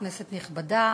כנסת נכבדה,